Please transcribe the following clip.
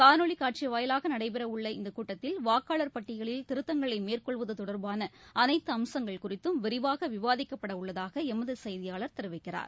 காணொலிகாட்சிவாயிலாகநடைபெறஉள்ளகூட்டத்தில் வாக்காளர் பட்டயிலில் திருத்தங்களைமேற்கொள்வதுதொடர்பானஅனைத்துஅம்சங்கள் குறித்தும் விரிவாகவிவாதிக்கப்படஉள்ளதாகளமதுசெய்தியாளர் தெரிவிக்கிறார்